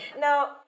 Now